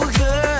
good